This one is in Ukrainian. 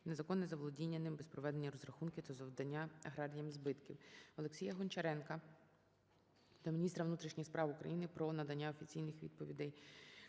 незаконне заволодіння ним без проведення розрахунків та завдання аграріям збитків. ОлексіяГончаренка до міністра внутрішніх справ України про надання офіційних відповідей